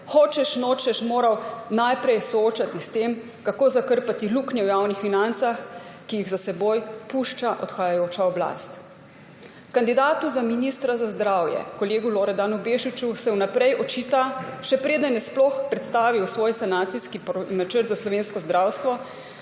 hočeš nočeš moral najprej soočati s tem, kako zakrpati luknje v javnih financah, ki jih za seboj pušča odhajajoča oblast. Kandidatu za ministra za zdravje kolegu Bešiču Loredanu se vnaprej očita, še preden je sploh predstavil svoj sanacijski načrt za slovensko zdravstvo,